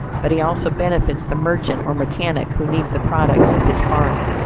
but he also benefits the merchant or mechanic who needs the products of his farm.